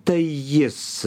tai jis